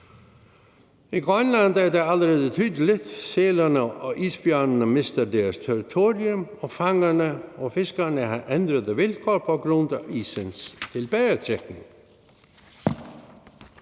I Grønland er det allerede tydeligt: Sælerne og isbjørnene har mistet deres territorium, og fangerne og fiskerne har ændrede vilkår på grund af isens tilbagetrækning.